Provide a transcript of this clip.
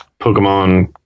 Pokemon